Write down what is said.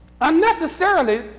unnecessarily